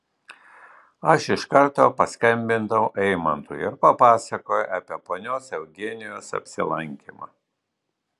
aš iš karto paskambinau eimantui ir papasakojau apie ponios eugenijos apsilankymą